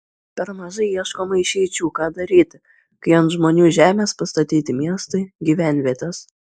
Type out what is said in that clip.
per mažai ieškoma išeičių ką daryti kai ant žmonių žemės pastatyti miestai gyvenvietės